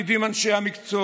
לא בגלל הפקידים אנשי המקצוע,